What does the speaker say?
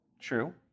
True